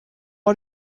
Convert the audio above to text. are